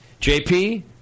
JP